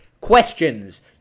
Questions